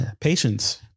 patience